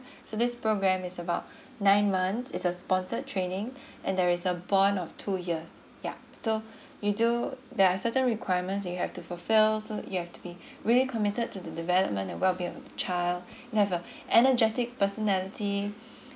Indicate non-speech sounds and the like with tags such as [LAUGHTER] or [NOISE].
[BREATH] so this program is about [BREATH] nine months is a sponsored training [BREATH] and there is a bond of two years yeah so [BREATH] you do there are certain requirements you have to fulfill so you have to be [BREATH] really committed to the development wellbeing of a child [BREATH] and have a energetic personality [BREATH]